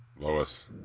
Lois